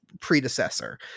predecessor